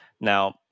Now